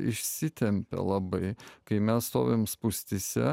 išsitempia labai kai mes stovim spūstyse